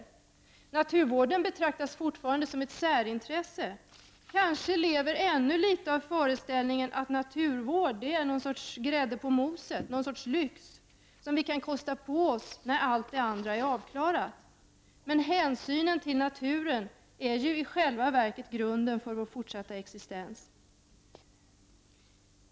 Naturvården betraktas fortfarande som ett särintresse. Kanske lever ännu i någon mån föreställningen att naturvården är som grädde på moset, någon sorts lyx, som vi kan kosta på oss när allt annat är avklarat. Men hänsynen till naturen är ju i själva verket grunden för vår fortsatta existens.